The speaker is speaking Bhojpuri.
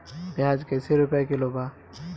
प्याज कइसे रुपया किलो बा?